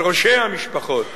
על ראשי המשפחות,